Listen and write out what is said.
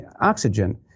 oxygen